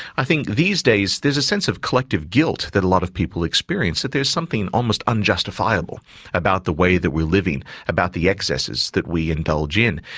i think these days there's a sense of collective guilt that a lot of people experience, that there's something almost unjustifiable about the way that we're living, about the excesses that we indulge in.